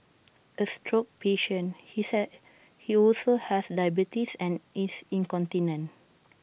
A stroke patient he say he also has diabetes and is incontinent